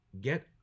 Get